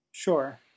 Sure